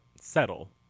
Settle